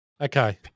Okay